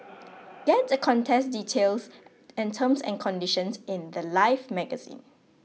get the contest details and terms and conditions in the Life magazine